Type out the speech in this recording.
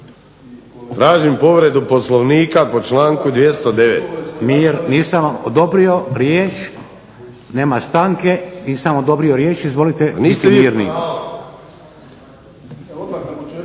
Tražim povredu Poslovnika po članku 209. **Šeks, Vladimir (HDZ)** Mir, nisam vam odobrio riječ, nema stanke, nisam odobrio riječ, izvolite biti mirni.